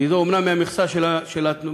כי זה אומנם מהמכסה של הסיעה,